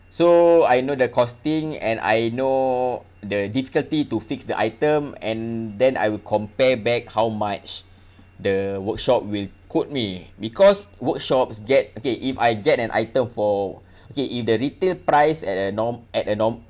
so I know the costing and I know the difficulty to fix the item and then I will compare back how much the workshop will quote me because workshops get okay if I get an item for okay if the retail price at a norm~ at a normal